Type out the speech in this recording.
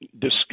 discuss